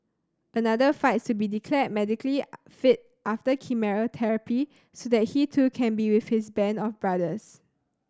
another fights to be declared medically fit after chemotherapy so that he too can be with his band of brothers